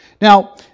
Now